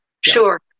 sure